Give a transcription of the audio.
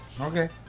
Okay